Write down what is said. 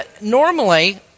normally